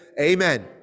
Amen